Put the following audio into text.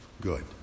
good